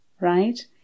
right